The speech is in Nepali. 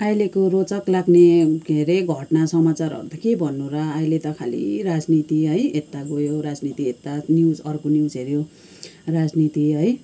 अहिलेको रोचक लाग्ने के अरे घटना समाचारहरू त के भन्नु र अहिले त खालि राजनीति है यता गयो राजनीति यता न्युज अर्को न्युज हेऱ्यो राजनीति है